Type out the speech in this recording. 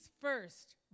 first